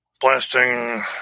blasting